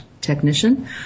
technician